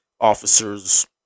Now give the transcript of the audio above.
officers